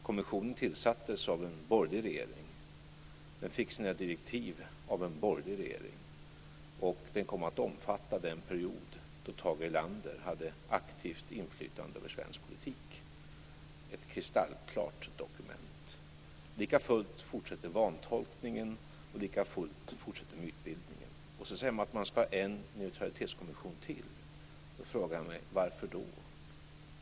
Kommissionen tillsattes av en borgerlig regering, fick sina direktiv av en borgerlig regering och kom att omfatta den period då Tage Erlander hade aktivt inflytande över svensk politik. Det var ett kristallklart dokument. Likafullt fortsätter vantolkningen, och likafullt fortsätter mytbildningen. Så sägs det att man ska en neutralitetskommission till. Då frågar jag mig: Varför då?